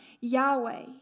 Yahweh